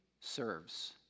serves